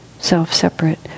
self-separate